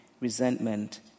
resentment